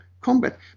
combat